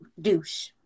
douche